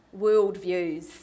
worldviews